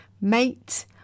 Mate